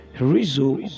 Rizzo